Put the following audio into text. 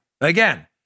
Again